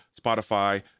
Spotify